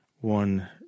one